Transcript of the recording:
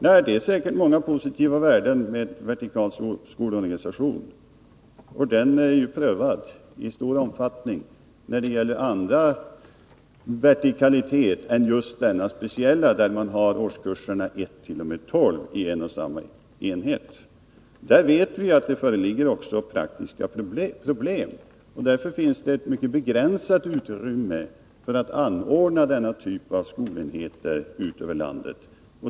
Det ligger säkert många positiva värden i en vertikal skolorganisation, och den är prövad i stor omfattning när det gäller annan vertikalitet än just denna speciella, med årskurserna 1—-12 i samma enhet. Vi vet att det också föreligger praktiska problem, och därför finns det ett mycket begränsat utrymme för att anordna denna typ av skolenheter ute i landet.